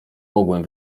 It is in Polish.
mogłem